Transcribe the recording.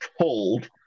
told